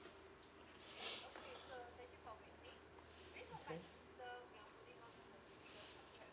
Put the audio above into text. okay